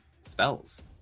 spells